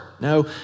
No